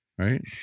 Right